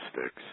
sticks